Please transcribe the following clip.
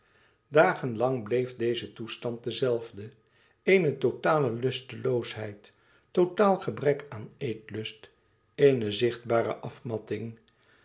dagen lang bleef deze toestand de zelfde eene totale lusteloosheid totaal gebrek aan eetlust eene zichtbare afmatting